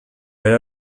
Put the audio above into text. era